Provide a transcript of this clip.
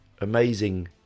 amazing